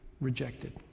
rejected